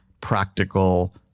practical